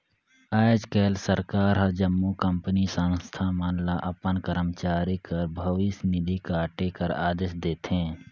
आएज काएल सरकार हर जम्मो कंपनी, संस्था मन ल अपन करमचारी कर भविस निधि काटे कर अदेस देथे